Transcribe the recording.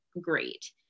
Great